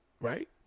right